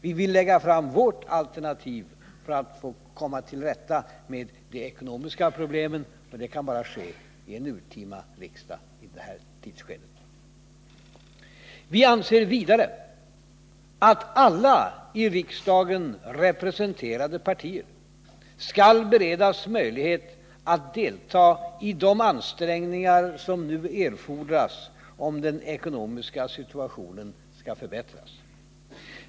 Vi vill lägga fram vårt alternativ för att komma till rätta med de ekonomiska problemen. Det kan finnas skäl till detta vid en urtima riksdag i det här tidsskedet. Vi anser vidare att alla i riksdagen representerade partier skall beredas möjlighet att delta i de ansträngningar som nu erfordras, om den ekonomiska situationen skall förbättras.